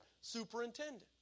superintendent